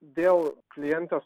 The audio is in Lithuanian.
dėl klientės